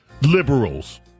liberals